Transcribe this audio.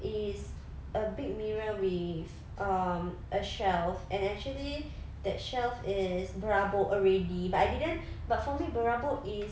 it's a big mirror with um a shelf and actually that shelf is berabuk already but I didn't but for me berabuk is